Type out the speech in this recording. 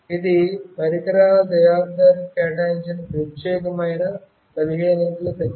ఇది పరికరాల తయారీదారు కేటాయించిన ప్రత్యేకమైన 15 అంకెల సంఖ్య